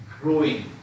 growing